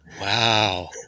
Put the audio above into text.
wow